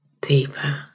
deeper